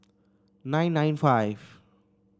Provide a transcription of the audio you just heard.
nine nine five